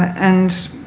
and